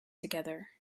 together